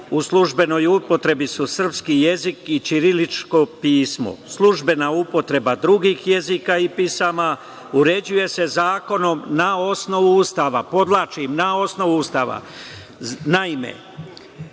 u službenoj upotrebi su srpski jezik i ćirilično pismo. Službena upotreba drugih jezika i pisama uređuje se zakonom na osnovu Ustava, podvlačim, na osnovu Ustava. Naime,